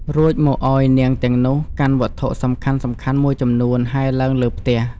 រួចមកឱ្យនាងទាំងនោះ កាន់វត្ថុសំខាន់ៗមួយចំនួនហែរឡើងលើផ្ទះ។